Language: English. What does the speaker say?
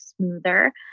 smoother